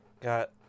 got